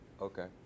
Okay